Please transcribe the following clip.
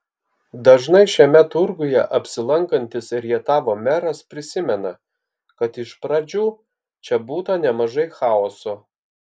dažnai šiame turguje apsilankantis rietavo meras prisimena kad iš pradžių čia būta nemažai chaoso